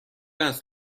است